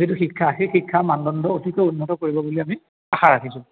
যিটো শিক্ষা সেই শিক্ষাৰ মানদণ্ড অতিকৈ উন্নত কৰিব বুলি আমি আশা ৰাখিছোঁ